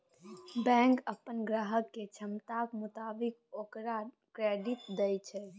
bank अप्पन ग्राहक केर क्षमताक मोताबिक ओकरा क्रेडिट दय छै